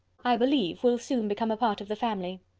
i believe, will soon become a part of the family.